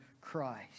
Christ